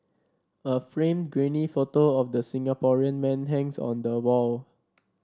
a framed grainy photo of the Singaporean man hangs on the wall